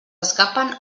escapen